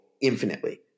infinitely